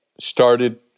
started